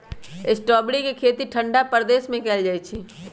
strawberry के खेती ठंडा प्रदेश में कएल जाइ छइ